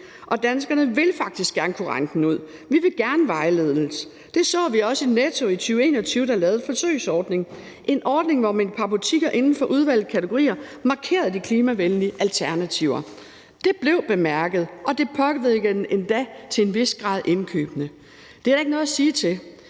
og danskerne vil faktisk gerne kunne regne den ud. Vi vil gerne vejledes. Det så vi også i Netto i 2021, der lavede en forsøgsordning, en ordning, hvor et par butikker inden for udvalgte kategorier markerede de klimavenlige alternativer. Det blev bemærket, og det påvirkede endda til en vis grad indkøbene. Det er der ikke noget at sige til.